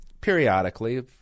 periodically